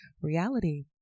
reality